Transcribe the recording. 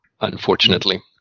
Unfortunately